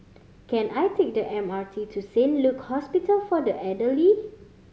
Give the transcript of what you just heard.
can I take the M R T to Saint Luke Hospital for the Elderly